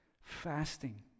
Fasting